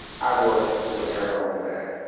i worked with her on that,